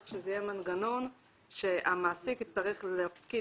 כך שזה יהיה מנגנון שהמעסיק יצטרך להפקיד